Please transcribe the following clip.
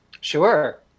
Sure